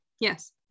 Yes